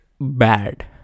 bad